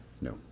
No